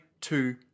two